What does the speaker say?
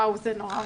וואו, זה נורא.